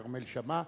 כרמל שאמה.